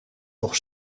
nog